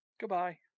Goodbye